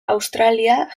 australia